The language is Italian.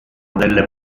delle